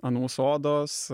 an mūsų odos